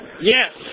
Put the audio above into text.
Yes